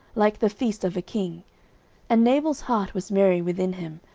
like the feast of a king and nabal's heart was merry within him,